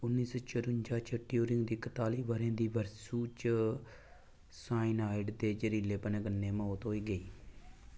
उन्नी सौ चरुंजा च ट्यूरिंग दी कतालीं ब'रें बरेसू च साइनाइड जैह्रीलेपन कन्नै मौत होई गेई